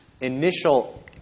initial